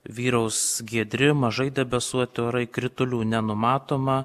vyraus giedri mažai debesuoti orai kritulių nenumatoma